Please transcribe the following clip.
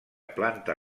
planta